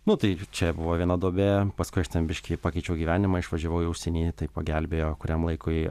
nu tai čia buvo viena duobė paskui aš ten biškį pakeičiau gyvenimą išvažiavau į užsienį tai pagelbėjo kuriam laikui